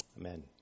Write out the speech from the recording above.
Amen